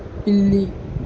పిల్లి